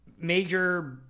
major